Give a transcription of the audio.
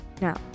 Now